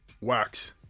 Wax